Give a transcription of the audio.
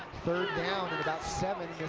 third down at about seven.